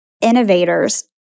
innovators